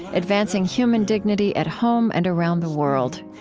advancing human dignity at home and around the world.